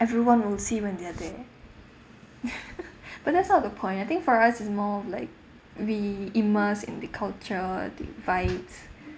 everyone will see when they are there but that's not the point I think for us it's more of like we immerse in the culture divides